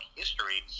history